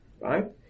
Right